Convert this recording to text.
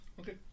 Okay